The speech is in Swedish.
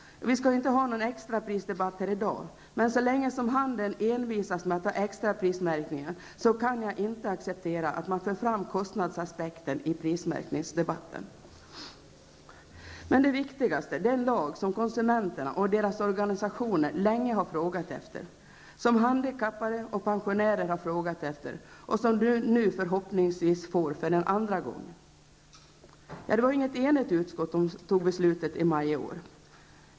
Vi skall inte ha någon extraprisdebatt här i dag, men så länge handeln envisas med att ha extraprismärkningar, kan jag inte acceptera att man för fram kostnadsaspekten i prismärkningsdebatten. Det viktigaste är emellertid en lag som konsumenterna och deras organisationer, de handikappade och pensionärerna länge har frågat efter och som vi nu förhoppningsvis får för andra gången. Det var inget enigt utskott som fattade beslutet i maj i år.